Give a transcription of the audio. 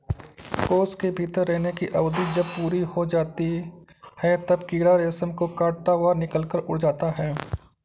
कोश के भीतर रहने की अवधि जब पूरी हो जाती है, तब कीड़ा रेशम को काटता हुआ निकलकर उड़ जाता है